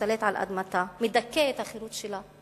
משתלט על אדמתה, מדכא את החירות שלה.